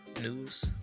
News